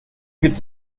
gibt